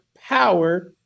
power